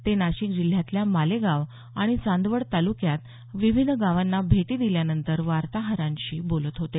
ते नाशिक जिल्ह्यातल्या मालेगाव आणि चांदवड तालुक्यात विविध गावांना भेटी दिल्यानंतर वार्ताहरांशी बोलत होते